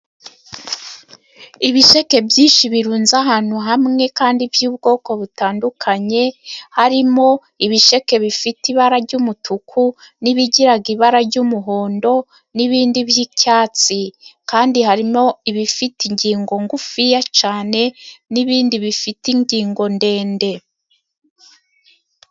Ibisheke byinshi birunze ahantu hamwe kandi by'ubwoko butandukanye: harimo ibisheke bifite ibara ry'umutuku, n'ibigiraga ibara ry'umuhondo, n'ibindi by'icyatsi, kandi harimo ibifite ingingo ngufiya cane n' ibindi bifite ingingo ndende.